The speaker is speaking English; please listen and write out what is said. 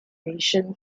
invasion